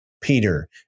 peter